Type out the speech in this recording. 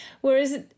whereas